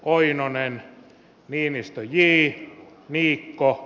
oinonen viimeistä vee viikko